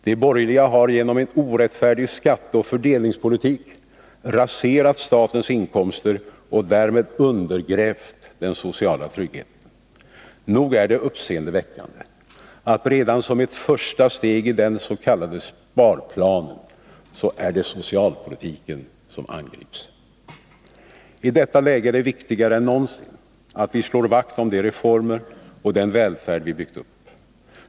De borgerliga har genom en orättfärdig skatteoch fördelningspolitik raserat statens inkomster och därmed undergrävt den sociala tryggheten. Nog är det uppseendeväckande att redan som ett första steg i den s.k. sparplanen är det socialpolitiken som angrips. I detta läge är det viktigare än någonsin att vi slår vakt om de reformer och den välfärd som vi har byggt upp.